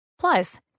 Plus